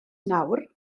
nawr